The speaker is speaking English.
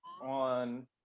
on